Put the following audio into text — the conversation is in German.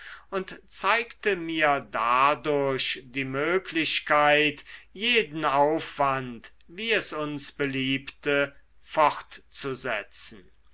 und zeigte mir dadurch die möglichkeit jeden aufwand wie es uns beliebte fortzusetzen